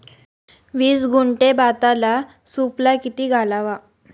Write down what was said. वीस गुंठे भाताला सुफला किती घालावा?